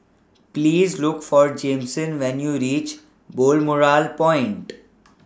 Please Look For Jameson when YOU REACH Balmoral Point